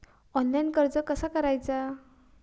Online कर्ज कसा करायचा?